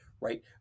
right